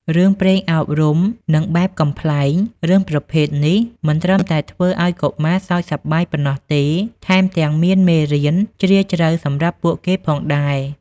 រឿងព្រេងអប់រំ និងបែបកំប្លែង រឿងប្រភេទនេះ មិនត្រឹមតែធ្វើឱ្យកុមារសើចសប្បាយប៉ុណ្ណោះទេ ថែមទាំងមានមេរៀនជ្រាលជ្រៅសម្រាប់ពួកគេផងដែរ។